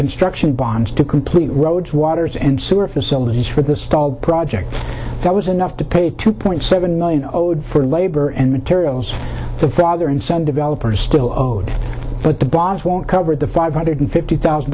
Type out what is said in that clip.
construction bonds to complete roads waters and sewer facilities for the stalled project that was enough to pay two point seven million owed for labor and materials the father and son developer still owed but the boss won't cover the five hundred fifty thousand